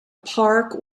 park